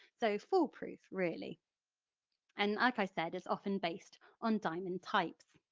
so foolproof really and like i said is often based on diamond types.